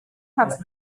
have